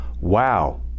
Wow